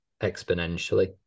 exponentially